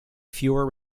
fewer